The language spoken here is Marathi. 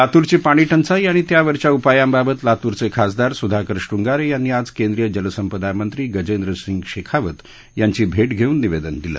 लातूरची पाणी टंचाई आणि त्यावरच्या उपायांबाबत लातूरचे खासदार सृधाकर श्रंगारे यांनी आज केंद्रीय जलसंपदामंत्री गजेंद्रसिंग शेखावत यांची भेट घेऊन निवेदन दिलं